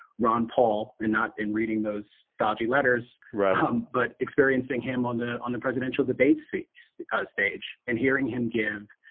ron paul and not in reading those dodgy letters, right um but experiencing him on the on the presidential debates stage stage and hearing him give